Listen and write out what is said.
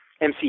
MC